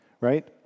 right